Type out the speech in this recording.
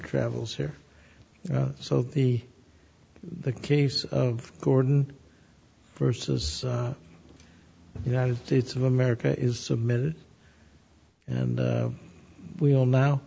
travels here so the the case of gordon versus the united states of america is submitted and we all now